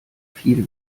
viel